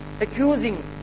accusing